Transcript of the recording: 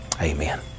amen